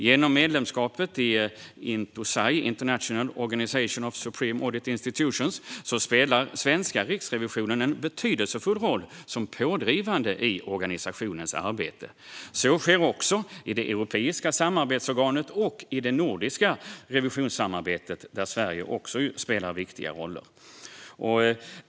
Genom medlemskapet i Indosai, International Organisation of Supreme Audit Institutions, spelar svenska Riksrevisionen en betydelsefull roll som pådrivande i organisationens arbete. Även i det europeiska samarbetsorganet och i det nordiska revisionssamarbetet spelar Sverige viktiga roller.